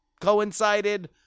coincided